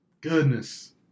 Goodness